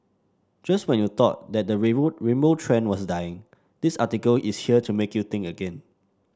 just when you thought that the rainbow trend was dying this article is here to make you think again